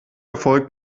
erfolg